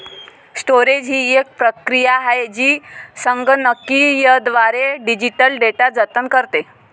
storage ही एक प्रक्रिया आहे जी संगणकीयद्वारे डिजिटल डेटा जतन करते